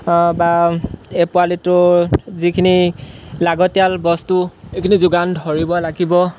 বা এই পোৱালিটোৰ যিখিনি লাগতিয়াল বস্তু এইখিনি যোগান ধৰিব লাগিব